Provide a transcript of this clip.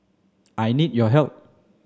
I need your help